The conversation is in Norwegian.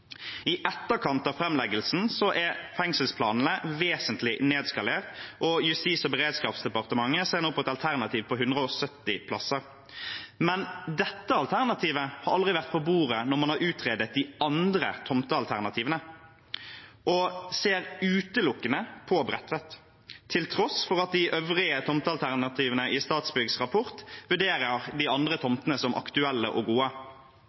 I etterkant av framleggelsen er fengselsplanene vesentlig nedskalert, og Justis- og beredskapsdepartementet ser nå på et alternativ på 170 plasser. Dette alternativet har aldri vært på bordet når man har utredet de andre tomtealternativene og ser utelukkende på Bredtvet, til tross for at de øvrige tomtealternativene i Statsbyggs rapport vurderer de andre tomtene som aktuelle og gode.